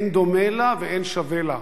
אין דומה לה ואין שווה לה.